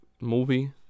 movie